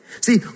See